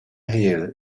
hill